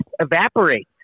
evaporates